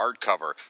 hardcover